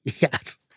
Yes